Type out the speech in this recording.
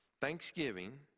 Thanksgiving